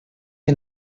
que